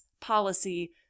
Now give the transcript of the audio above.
policy